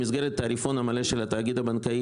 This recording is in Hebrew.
במסגרת תעריפון המלא של התאגיד הבנקאי